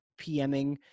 PMing